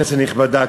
כנסת נכבדה,